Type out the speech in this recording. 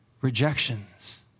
rejections